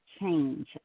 change